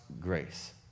grace